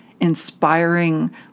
inspiring